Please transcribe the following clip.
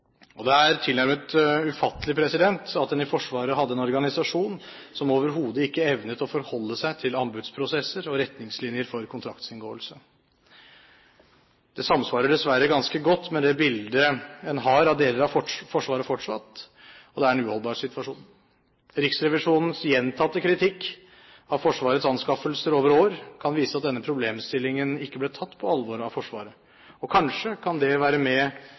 og det er tilnærmet ufattelig at en i Forsvaret hadde en organisasjon som overhodet ikke evnet å forholde seg til anbudsprosesser og retningslinjer for kontraktsinngåelse. Det samsvarer dessverre ganske godt med det bildet en fortsatt har av deler av Forsvaret, og det er en uholdbar situasjon. Riksrevisjonens gjentatte kritikk av Forsvarets anskaffelser over år kan vise at denne problemstillingen ikke ble tatt på alvor av Forsvaret, og kanskje kan det være med